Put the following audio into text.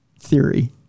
theory